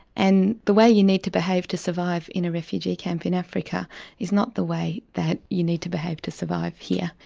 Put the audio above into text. and the way you need to behave to survive in a refugee camp in africa is not the way that you need to behave to survive here.